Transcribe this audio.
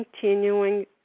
continuing